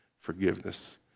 forgiveness